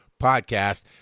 podcast